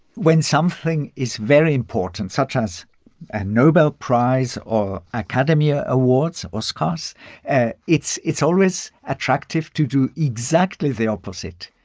when something is very important, such as a nobel prize or academy ah awards, oscars, and it's it's always attractive to do exactly the opposite.